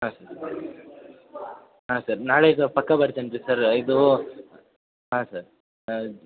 ಹಾಂ ಸರ್ ಹಾಂ ಸರ್ ನಾಳೆ ಇದು ಪಕ್ಕಾ ಬರ್ತೀನಿ ರೀ ಸರ್ರ ಇದು ಹಾಂ ಸರ್